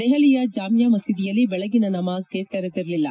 ದೆಹಲಿಯ ಜಾಮಿಯ ಮಸೀದಿಯಲ್ಲಿ ಬೆಳಗ್ಗಿನ ನಮಾಜ್ಗೆ ತೆರೆದಿರಲಿಲ್ಲ